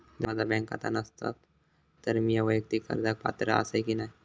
जर माझा बँक खाता नसात तर मीया वैयक्तिक कर्जाक पात्र आसय की नाय?